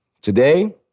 Today